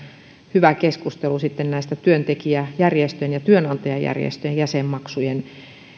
hyvä keskustelu näistä työntekijäjärjestöjen ja työnantajajärjestöjen jäsenmaksujen